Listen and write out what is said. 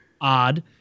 odd